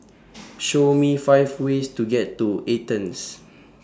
Show Me five ways to get to Athens